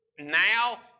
Now